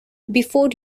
before